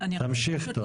תמשיך טום.